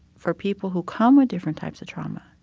for people who come with different types of trauma,